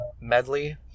medley